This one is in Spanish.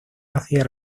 hacia